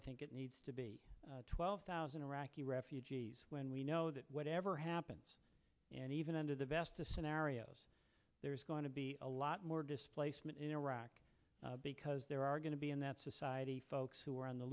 i think it needs to be twelve thousand iraqi refugees when we know that whatever happens and under the best of scenarios there is going to be a lot more displacement in iraq because there are going to be in that society folks who are on the